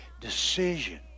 decision